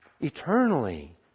Eternally